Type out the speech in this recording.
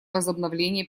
возобновления